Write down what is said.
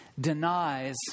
denies